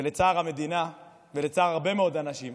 לצער המדינה ולצער הרבה מאוד אנשים,